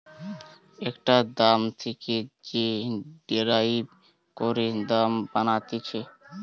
একটা দাম থেকে যে ডেরাইভ করে দাম বানাতিছে